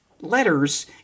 letters